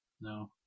No